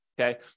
okay